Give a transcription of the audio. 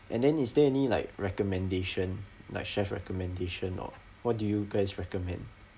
and then is there any like recommendation like chef's recommendation or what do you guys recommend